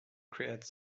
create